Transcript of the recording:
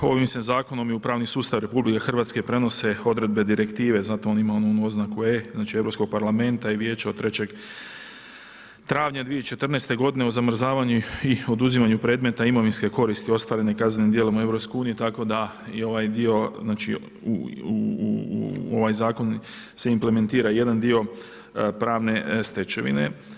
Ovim se zakonom i u pravni sustav RH prenose odredbe direktive, zato on ima onu oznaku E, znači Europskog parlamenta i Vijeća od 3.travnja 2014. g. o zamrzavanju i oduzimanju predmeta imovinske koristi, ostvarene kaznenim dijelu EU, tako da je ovaj dio u ovaj zakon se implementira jedan dio pravne stečevine.